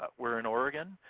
but we're in oregon.